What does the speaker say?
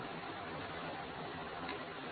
ಈ ಸರಳ ಸರ್ಕ್ಯೂಟ್ ಬಳಸಿ ಕರೆಂಟ್ ಕಂಡುಹಿಡಿಯಬಹುದು